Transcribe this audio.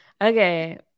Okay